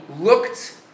looked